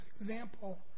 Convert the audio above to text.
example